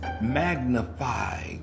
magnify